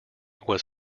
was